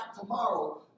tomorrow